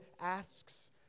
asks